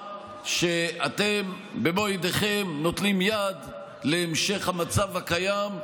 שאתם במו ידיכם נותנים יד להמשך המצב הקיים,